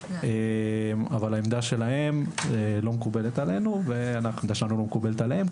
אבל העמדה שלהם לא מקובלת עלינו והעמדה שלנו לא מקובלת עליהם.